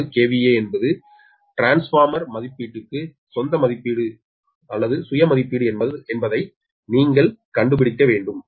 44 kV என்பது transform மதிப்பீட்டிற்கு சொந்த மதிப்பீடு என்பது நீங்கள் கண்டுபிடிக்க வேண்டும்